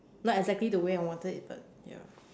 not exactly the way I wanted it but ya